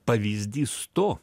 pavyzdys to